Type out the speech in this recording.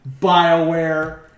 Bioware